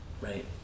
Right